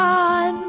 on